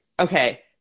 okay